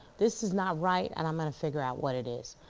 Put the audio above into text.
this is not right and i'm gonna figure out what it is.